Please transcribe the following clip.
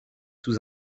sous